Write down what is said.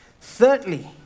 Thirdly